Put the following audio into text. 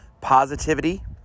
positivity